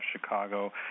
Chicago